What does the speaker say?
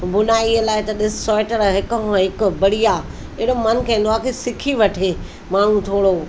बुनाई लाइ त ॾिस स्वेटर हिक खां हिकु बढ़िया एॾो मनु कंदो आहे की सिखी वठे माण्हू थोरो